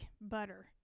butter